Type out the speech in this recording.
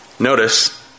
Notice